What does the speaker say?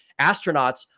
astronauts